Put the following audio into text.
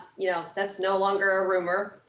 you know, that's no longer a rumor.